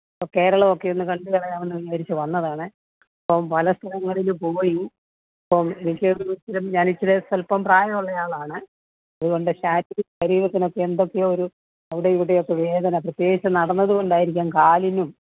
കേരളം ഒക്കെ ഒന്ന് കണ്ടുകളയാമെന്ന് വിചാരിച്ച് വന്നതാണ് അപ്പം പല സ്ഥലങ്ങളിൽ പോയി അപ്പം എനിക്ക് ഞാൻ ഇത്തിരി സ്വൽപ്പം പ്രായമുള്ള ആളാണ് അതുകൊണ്ട് ശാരീ ശരീരത്തിനൊക്കെ എന്തൊക്കെയോ ഒരു അവിടെ ഇവിടെ ഒക്കെ വേദന പ്രത്യേകിച്ച് നടന്നത് കൊണ്ടായിരിക്കാം കാലിനും